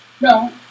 No